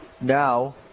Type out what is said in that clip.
Now